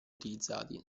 utilizzati